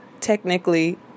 technically